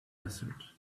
desert